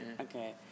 Okay